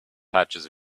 patches